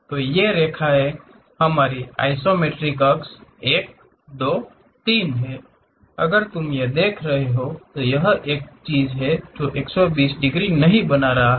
तो ये रेखाएँ हमारी आइसोमेट्रिक अक्ष एक दो तीन हैं अगर तुम यह देख रहे हो तो यह एक जो 120 डिग्री नहीं बना रहे हैं